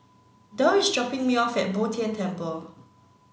Derl is dropping me off at Bo Tien Temple